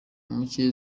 muke